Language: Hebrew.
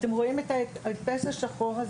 אתם רואים את ההדפס השחור-לבן,